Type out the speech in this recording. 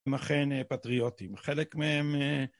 הם אכן פטריוטים, חלק מהם...